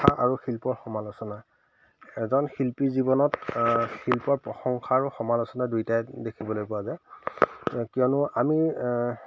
প্ৰশা আৰু শিল্পৰ সমালোচনা এজন শিল্পী জীৱনত শিল্পৰ প্ৰশংসা আৰু সমালোচনা দুইটাই দেখিবলৈ পোৱা যায় কিয়নো আমি